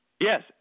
Yes